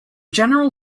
general